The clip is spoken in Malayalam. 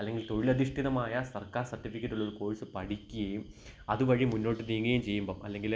അല്ലെങ്കിൽ തൊഴിലധിഷ്ഠിതമായ സർക്കാർ സർട്ടിഫിക്കറ്റുള്ളൊരു കോഴ്സ് പഠിക്കുകയും അതുവഴി മുന്നോട്ട് നീങ്ങുകയും ചെയ്യുമ്പോള് അല്ലെങ്കില്